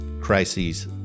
crises